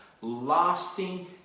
lasting